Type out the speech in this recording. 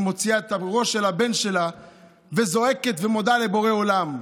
ומוציאה את הראש של הבן שלה וזועקת ומודה לבורא עולם.